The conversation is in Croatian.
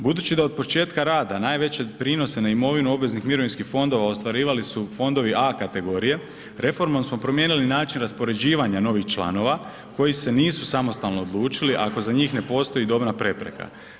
Budući da od početka rada najveće prinose na imovinu obveznih mirovinskih fondova ostvarivali su fondovi A kategorije, reformom smo promijenili način raspoređivanja novih članova koji se nisu samostalno odlučili ako za njih ne postoji dobna prepreka.